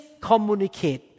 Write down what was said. communicate